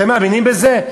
אתם מאמינים בזה?